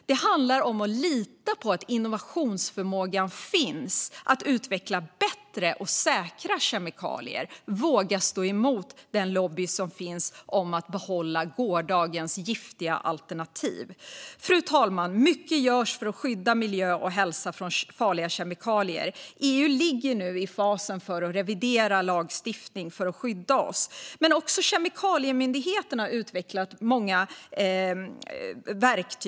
Det handlar om att lita på att innovationsförmågan finns att utveckla bättre och säkra kemikalier. Det gäller att våga stå emot den lobby som finns om att behålla gårdagens giftiga alternativ. Fru talman! Mycket görs för att skydda miljö och hälsa från farliga kemikalier. EU ligger nu i fasen för att revidera lagstiftning för att skydda oss. Men också Kemikaliemyndigheten har utvecklat många verktyg.